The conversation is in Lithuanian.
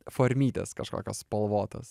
formytės kažkokios spalvotos